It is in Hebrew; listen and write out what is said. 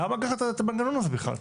למה לקחת את המנגנון הזה בכלל?